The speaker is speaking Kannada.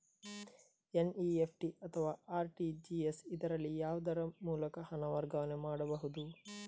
ಎನ್.ಇ.ಎಫ್.ಟಿ ಅಥವಾ ಆರ್.ಟಿ.ಜಿ.ಎಸ್, ಇದರಲ್ಲಿ ಯಾವುದರ ಮೂಲಕ ಹಣ ವರ್ಗಾವಣೆ ಮಾಡಬಹುದು?